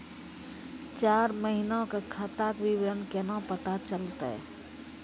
चार महिना के खाता के विवरण केना पता चलतै?